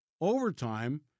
overtime